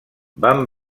vam